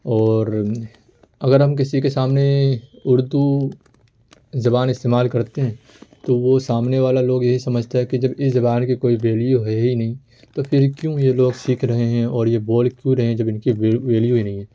اور اگر ہم کسی کے سامنے اردو زبان استعمال کرتے ہیں تو وہ سامنے والا لوگ یہی سمجھتا ہے کہ جب اس زبان کی کوئی ویلیو ہے ہی نہیں تو پھر کیوں یہ لوگ سیکھ رہے ہیں اور یہ بول کیوں رہے ہیں جب ان کی ویلیو ہی نہیں ہے